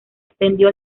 extendió